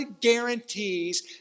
guarantees